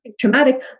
traumatic